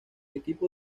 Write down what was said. equipo